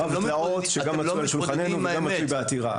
רב דעות שגם מצוי על שולחננו וגם מצוי בעתירה.